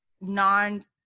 non